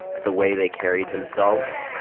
the way they carried themselves.